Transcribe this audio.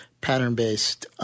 pattern-based –